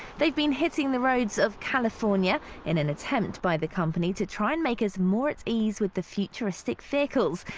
they've been hitting the roads of california in an attempt by the company to try and make us more at ease with the futuristic vehicles.